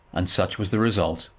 and such was the result.